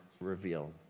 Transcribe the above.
reveal